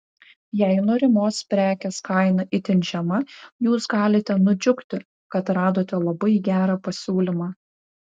jei norimos prekės kaina itin žema jūs galite nudžiugti kad radote labai gerą pasiūlymą